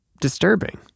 disturbing